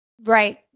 right